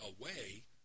away